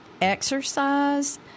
exercise